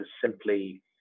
simply